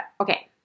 Okay